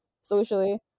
socially